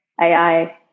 AI